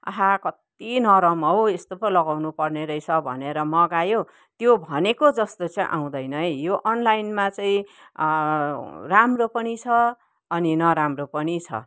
आहा कत्ति नरम हौ यस्तो पो लगाउनु पर्ने रहेछ भनेर मगायो त्यो भनेको जस्तो चाहिँ आउँदैन है यो अनलाइनमा चाहिँ राम्रो पनि छ अनि नराम्रो पनि छ